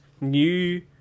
new